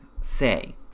say